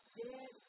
dead